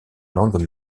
langue